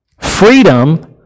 Freedom